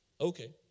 Okay